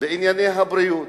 בעניין הרווחה, בענייני הבריאות?